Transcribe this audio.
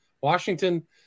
Washington